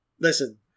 listen